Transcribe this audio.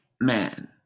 man